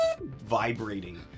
vibrating